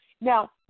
Now